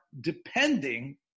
depending